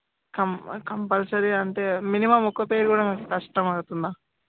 కం compulsory అంటే minimum ఒక pair కూడా కష్టం అవుతుందా